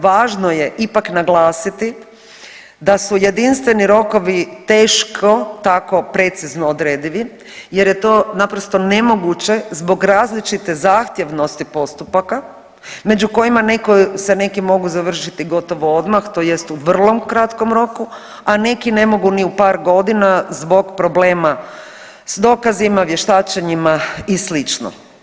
Važno je ipak naglasiti da su jedinstveni rokovi teško tako precizno odredivi, jer je to naprosto nemoguće zbog različite zahtjevnosti postupaka među kojima se neki mogu završiti gotovo odmah, tj. u vrlo kratkom roku, a neki ne mogu ni u par godina zbog problema sa dokazima, vještačenjima i slično.